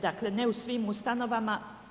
Dakle, ne u svim ustanovama.